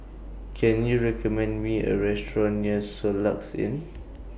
Can YOU recommend Me A Restaurant near Soluxe Inn